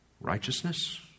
righteousness